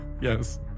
Yes